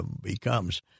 becomes